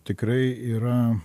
tikrai yra